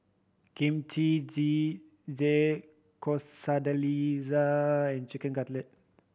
Kimchi Jjigae Quesadilla and Chicken Cutlet